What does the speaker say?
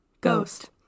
ghost